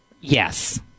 Yes